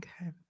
Okay